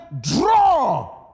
draw